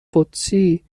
قدسی